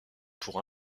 pour